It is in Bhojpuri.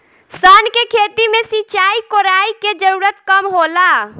सन के खेती में सिंचाई, कोड़ाई के जरूरत कम होला